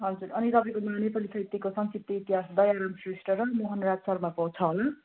हजुर अनि तपाईँकोमा नेपाली साहित्यको संक्षिप्त इतिहास दयाराम श्रेष्ठ र मोहनराज शर्माको छ होला